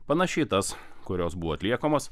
panaši į tas kurios buvo atliekamos